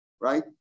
right